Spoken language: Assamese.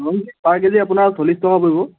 পাৰ কেজি আপোনাৰ চল্লিছ টকা পৰিব